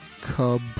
cub